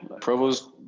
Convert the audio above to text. Provo's